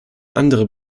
andere